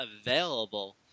available